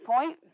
point